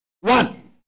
One